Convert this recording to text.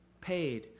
paid